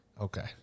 Okay